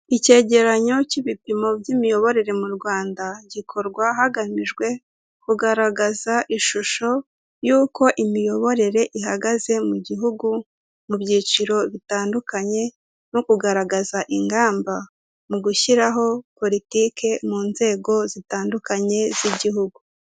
Icyegeranyo cy'ibipimo by'imiyoborere mu Rwanda, gikorwa hagamijwe kugaragaza ishusho y'uko imiyoborere ihagaze mu gihugu, mu byiciro bitandukanye, no kugaragaza ingamba mu gushyiraho politike mu nzego zitandukanye z'igihugu.